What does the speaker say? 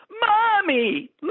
Mommy